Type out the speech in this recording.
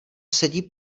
sedí